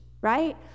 right